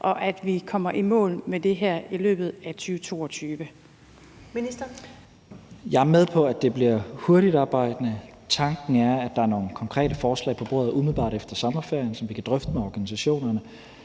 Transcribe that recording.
Justitsministeren (Mattias Tesfaye): Jeg er med på, at det bliver hurtigtarbejdende. Tanken er, at der er nogle konkrete forslag på bordet umiddelbart efter sommerferien, som vi kan drøfte med organisationerne.